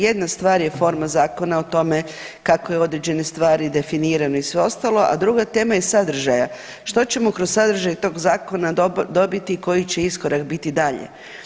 Jedna stvar je forma zakona, o tome kako su određene stvari definirane i sve ostalo, a druga tema je iz sadržaja, što ćemo kroz sadržaj tog zakona dobiti, koji će iskorak biti dalje.